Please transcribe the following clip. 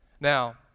Now